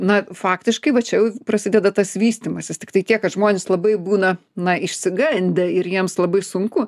na faktiškai va čia prasideda tas vystymasis tiktai tiek kad žmonės labai būna na išsigandę ir jiems labai sunku